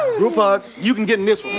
ah group ah hug. you can get in this